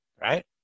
Right